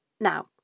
Now